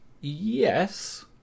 Yes